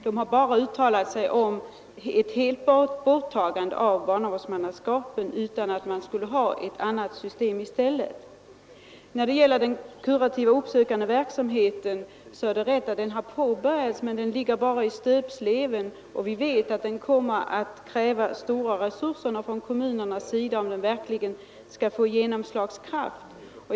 De har bara uttalat sig om ett borttagande av barnavårdsmannaskapet, utan att det skulle sättas något annat system i stället. När det gäller den kurativa uppsökande verksamheten är det riktigt att den påbörjats, men den ligger ännu bara i stöpsleven. Vi vet att den kommer att kräva stora resurser från kommunernas sida, om den verkligen skall få genomslagskraft.